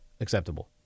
acceptable